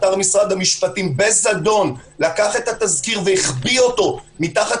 אתר משרד המשפטים לקח בזדון את התזכיר והחביא אותו מתחת